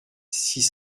six